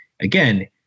again